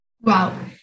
Wow